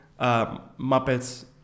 Muppets